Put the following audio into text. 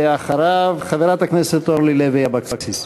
ואחריו, חברת הכנסת אורלי לוי אבקסיס.